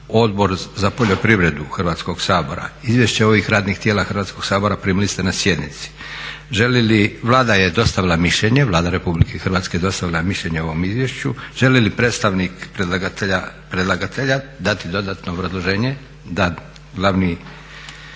Odbor za poljoprivredu Hrvatskog sabora. Izvješća ovih radnih tijela Hrvatskog sabora primili ste na sjednici. Vlada Republike Hrvatske je dostavila mišljenje o ovom izvješću. Želi li predstavnik predlagatelja dati dodatno obrazloženje? Da, glavni